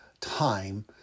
time